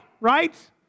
right